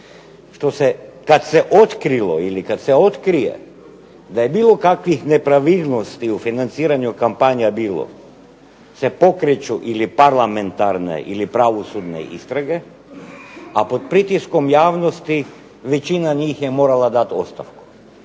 kada se otkrije da je bilo kakvih nepravilnosti u financiranju kampanja bilo se pokreću ili parlamentarne ili pravosudne istrage, a pod pritiskom javnosti većina njih je morala dati ostavku.